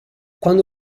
quando